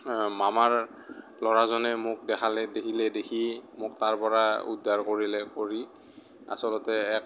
মামাৰ ল'ৰাজনে মোক দেখালে দেখিলে দেখি মোক তাৰ পৰা উদ্ধাৰ কৰিলে কৰি আচলতে এক